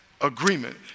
agreement